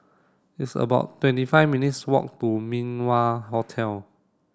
it's about twenty five minutes' walk to Min Wah Hotel